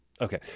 Okay